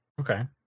Okay